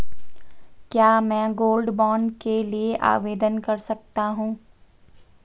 क्या मैं gold bond के लिए आवेदन कर सकता हूं?